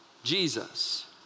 Jesus